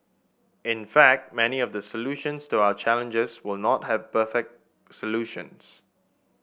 in fact many of the solutions to our challenges will not have perfect solutions